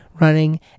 running